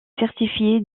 certifié